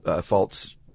false